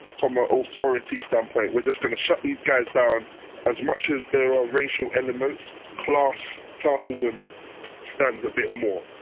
from an authority standpoint, we're just going to shut these guys down as much as there are racial elements class, classism stands a bit more.